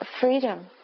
freedom